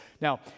Now